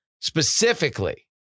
Specifically